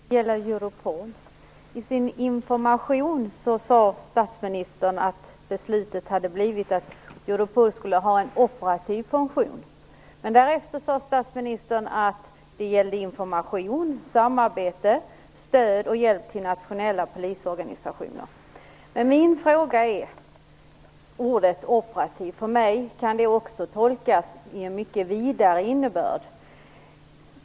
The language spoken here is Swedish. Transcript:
Fru talman! Det gäller Europol. I sin information sade statsministern att man hade beslutat att Europol skall ha en operativ funktion, och därefter sade han att det gällde information, samarbete och stöd och hjälp till nationella polisorganisationer. Min fråga gäller ordet "operativ". Jag anser att det kan ges en mycket vidare innebörd.